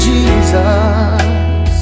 Jesus